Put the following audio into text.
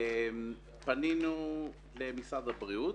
פנינו למשרד הבריאות